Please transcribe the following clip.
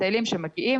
מטיילים שמגיעים,